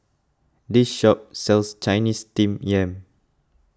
this shop sells Chinese Steamed Yam